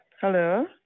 Hello